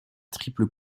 triple